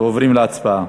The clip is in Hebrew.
ועוברים להצבעה.